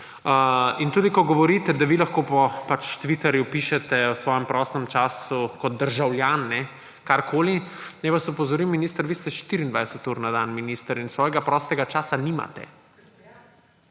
Tudi ko govorite, da vi lahko po Twitterju pišete v svojem prostem času kot državljan karkoli, naj vas opozorim, minister, da ste vi 24 ur na dan minister in svojega prostega časa nimate.